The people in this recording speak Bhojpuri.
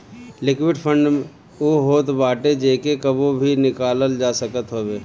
लिक्विड फंड उ होत बाटे जेके कबो भी निकालल जा सकत हवे